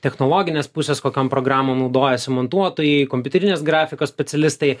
technologinės pusės kokiom programų naudojasi montuotojai kompiuterinės grafikos specialistai